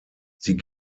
sie